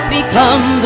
Become